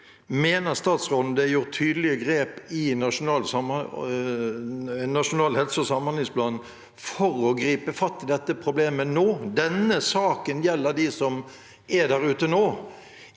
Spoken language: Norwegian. Mener statsråden det er gjort tydelige grep i Nasjonal helse- og samhandlingsplan for å gripe fatt i dette problemet nå? Denne saken gjelder dem som er der ute nå,